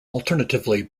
alternatively